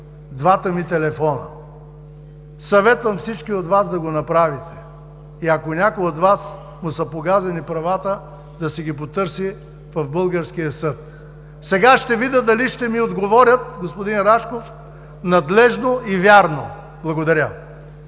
двата ми телефона. Съветвам всички от Вас да го направите. Ако на някой от Вас са погазени правата му, да си ги потърси в българския съд. Сега ще видя дали ще ми отговорят, господин Рашков, надлежно и вярно. Благодаря.